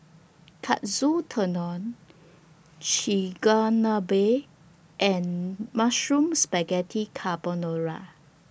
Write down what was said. Katsu Tendon Chigenabe and Mushroom Spaghetti Carbonara